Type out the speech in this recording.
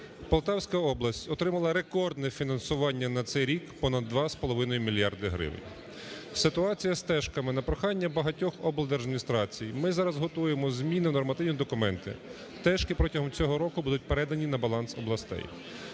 Полтавська область отримала рекордне фінансування на цей рік – понад 2,5 мільярди гривень. Ситуація з "тешками". На прохання багатьох облдержадміністрацій ми зараз готуємо зміни в нормативні документи, "тешки" протягом цього року будуть передані на баланс областей.